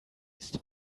ist